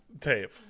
tape